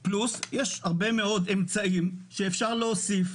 בנוסף, יש הרבה מאוד אמצעים שאפשר להוסיף,